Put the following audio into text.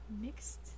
mixed